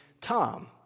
Tom